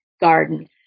Garden